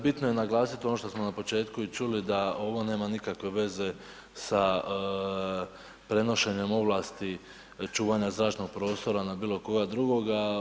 Bitno je naglasiti ono što smo na početku čuli da ovo nema nikakve veze sa prenošenjem ovlasti čuvanja zračnog prostora na bilo koga drugoga.